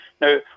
Now